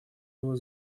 его